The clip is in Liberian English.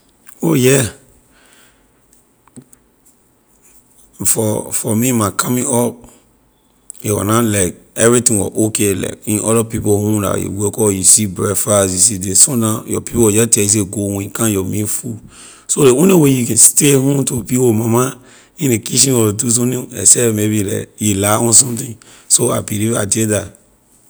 Oh yeah, for for me my coming up a wor na like everything wor okay like in other people home la you wake up you see breakfast you see this sometime your people will jeh tell you say go when you come you will meet food so ley only way you stay home to be with mama in ley kitchen or do sunni except maybe like you lie on something so I believe I did that.